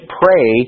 pray